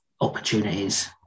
opportunities